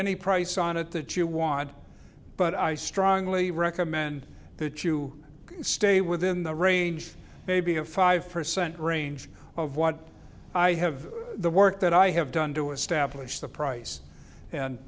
any price on it that you want but i strongly recommend that you stay within the range maybe of five percent range of what i have the work that i have done to establish the price and